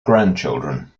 grandchildren